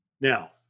Now